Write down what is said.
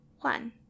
one